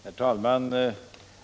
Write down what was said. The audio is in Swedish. Herr talman!